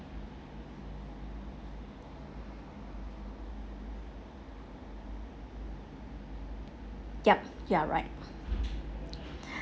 yup ya right